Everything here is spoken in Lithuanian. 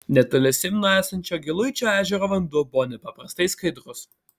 netoli simno esančio giluičio ežero vanduo buvo nepaprastai skaidrus